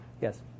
Yes